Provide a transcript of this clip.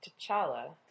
T'Challa